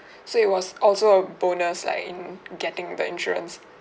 so it was also a bonus like in getting the insurance